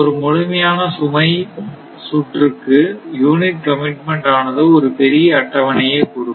ஒரு முழுமையான சுமை சுற்றுக்கு யூனிட் கமிட்மெண்ட் ஆனது ஒரு பெரிய அட்டவணையை கொடுக்கும்